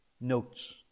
notes